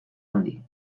handi